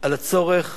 על הצורך